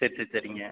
சரி சரி சரிங்க